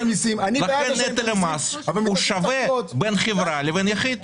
לכן נטל המס שווה בין חברה ליחיד.